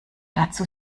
dazu